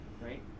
right